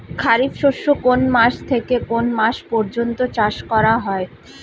খারিফ শস্য কোন মাস থেকে কোন মাস পর্যন্ত চাষ করা হয়?